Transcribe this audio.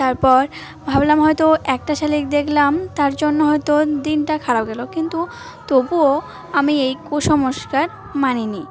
তার পর ভাবলাম হয়তো একটা শালিখ দেখলাম তার জন্য হয়তো দিনটা খারাপ গেল কিন্তু তবুও আমি এই কুসংস্কার মানিনি